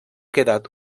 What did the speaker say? quedat